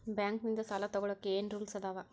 Bank ನಿಂದ್ ಸಾಲ ತೊಗೋಳಕ್ಕೆ ಏನ್ ರೂಲ್ಸ್ ಅದಾವ?